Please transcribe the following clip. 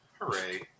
Hooray